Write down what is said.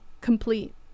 complete